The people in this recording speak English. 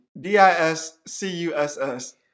D-I-S-C-U-S-S